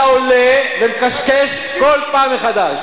אתה עולה ומקשקש כל פעם מחדש.